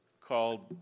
called